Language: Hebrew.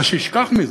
אז שישכח מזה.